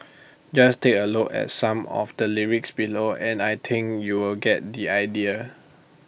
just take A look at some of the lyrics below and I think you'll get the idea